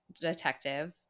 detective